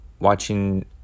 watching